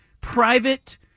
private